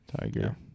Tiger